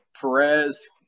Perez